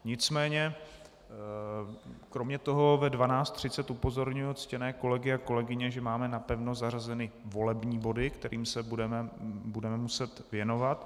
Nicméně kromě toho ve 12.30 upozorňuji ctěné kolegy a kolegyně, že máme napevno zařazeny volební body, kterým se budeme muset věnovat.